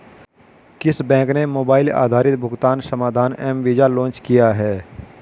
किस बैंक ने मोबाइल आधारित भुगतान समाधान एम वीज़ा लॉन्च किया है?